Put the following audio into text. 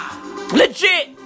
Legit